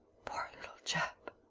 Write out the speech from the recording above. poor little chap!